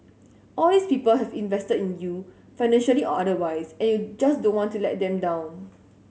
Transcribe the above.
all these people have invested in you financially or otherwise and you just don't want to let them down